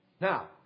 Now